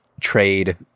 trade